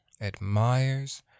admires